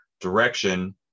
direction